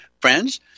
friends